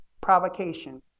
provocation